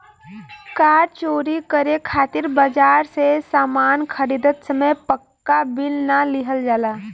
कार चोरी करे खातिर बाजार से सामान खरीदत समय पाक्का बिल ना लिहल जाला